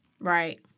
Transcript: Right